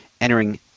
entering